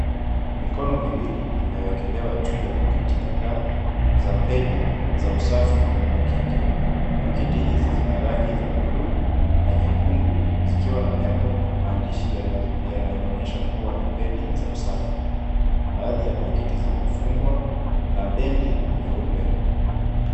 Mikono miwili imewekelewa juu ya pakiti kadhaa za pedi za usafi wa kike. Pakiti hizi zinarangi ya bluu na nyekundu zikiwa na nembo na maandishi yanayoonesha kuwa ni pedi za usafi. Baadhi ya pakiti zimefungwa na bendi nyeupe.